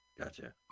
Gotcha